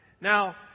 Now